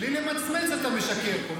בלי למצמץ אתה משקר פה.